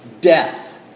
death